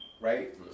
right